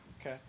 Okay